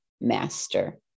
master